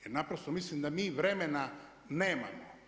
Jer naprosto, mislim da mi vremena nemamo.